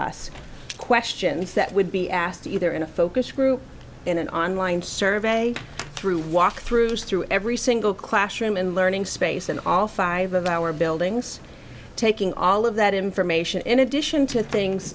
us questions that would be asked either in a focus group in an online survey through walk through through every single classroom and learning space in all five of our buildings taking all of that information in addition to things